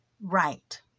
Right